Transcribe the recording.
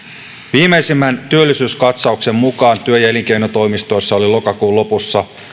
viimeisimmän työllisyyskatsauksen mukaan työ ja elinkeinotoimistoissa oli lokakuun lopussa